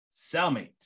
cellmates